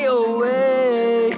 away